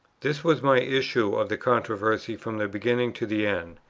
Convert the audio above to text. this was my issue of the controversy from the beginning to the end.